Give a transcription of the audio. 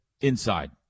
inside